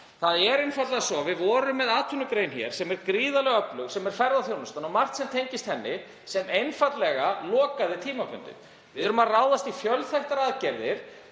Það er einfaldlega svo að við vorum með atvinnugrein sem er gríðarlega öflug, sem er ferðaþjónustan, og margt sem tengist henni lokaði einfaldlega tímabundið. Við erum að ráðast í fjölþættar aðgerðir